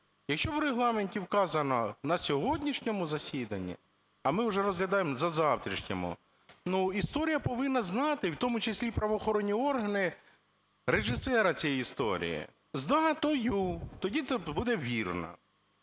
Якщо в Регламенті вказано на сьогоднішньому засіданні, а ми вже розглядаємо за завтрашньому, ну, історія повинна знати, в тому числі і правоохоронні органи, режисера цієї історії з датою. Тоді це буде вірно.